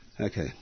Okay